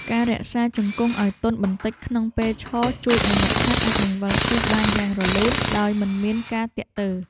ការរក្សាជង្គង់ឱ្យទន់បន្តិចក្នុងពេលឈរ ជួយឱ្យអ្នកហាត់អាចបង្វិលខ្លួនបានយ៉ាងរលូនដោយមិនមានការទាក់ទើ។